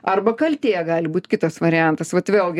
arba kaltė gali būt kitas variantas vat vėlgi